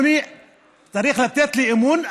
צריך לתת בי אמון,